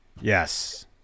Yes